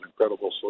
incredible